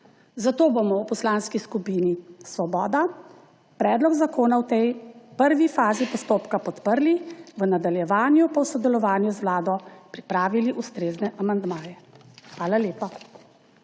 Zato bomo v Poslanski skupini Svoboda predlog zakona v tej prvi fazi postopka podprli, v nadaljevanju pa v sodelovanju z Vlado pripravili ustrezne amandmaje. Hvala lepa.